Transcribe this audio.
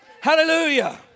Hallelujah